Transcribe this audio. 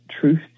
truth